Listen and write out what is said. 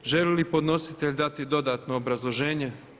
Želi li podnositelj dati dodatno obrazloženje?